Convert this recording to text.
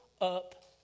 up